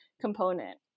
component